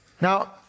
Now